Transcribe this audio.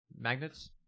magnets